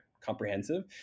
comprehensive